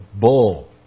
bull